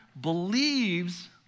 believes